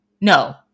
No